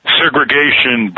segregation